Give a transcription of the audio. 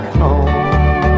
home